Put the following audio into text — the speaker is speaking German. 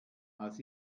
als